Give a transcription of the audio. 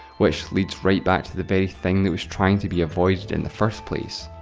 which leads right back to the very thing that was trying to be avoided in the first place.